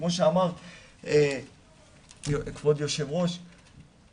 כמו שכבוד יושבת הראש אמרה,